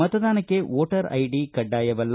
ಮತದಾನಕ್ಕೆ voter ID ಕಡ್ಡಾಯವಲ್ಲ